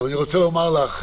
אני רוצה לומר לך,